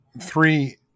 three